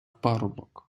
парубок